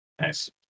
Nice